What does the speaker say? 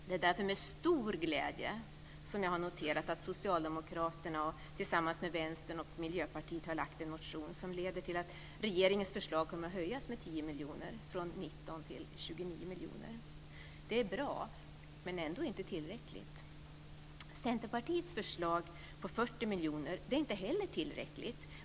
Det är därför med stor glädje som jag har noterat att Socialdemokraterna tillsammans med Vänstern och Miljöpartiet har väckt en motion som leder till att regeringens förslag kommer att höjas med 10 miljoner, från 19 till 29 miljoner. Det är bra men ändå inte tillräckligt. Centerpartiets förslag på 40 miljoner är inte heller tillräckligt.